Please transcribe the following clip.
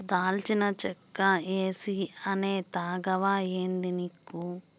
దాల్చిన చెక్క ఏసీ అనే తాగవా ఏందానిక్కు